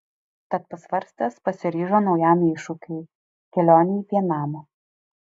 tad pasvarstęs pasiryžo naujam iššūkiui kelionei vienam